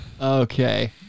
okay